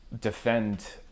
defend